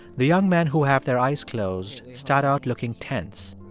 the young men who have their eyes closed start out looking tense,